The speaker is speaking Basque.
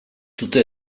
dute